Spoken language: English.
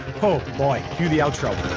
boy cue the outro